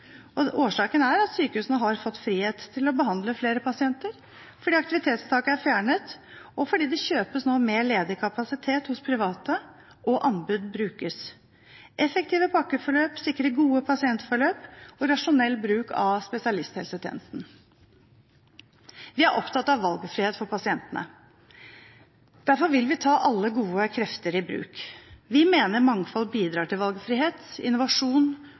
behandling. Årsaken er at sykehusene har fått frihet til å behandle flere pasienter fordi aktivitetstaket er fjernet, og fordi det nå kjøpes mer ledig kapasitet hos private og anbud brukes. Effektive pakkeforløp sikrer gode pasientforløp og rasjonell bruk av spesialisthelsetjenesten. Vi er opptatt av valgfrihet for pasientene. Derfor vil vi ta alle gode krefter i bruk. Vi mener at mangfold bidrar til valgfrihet, innovasjon,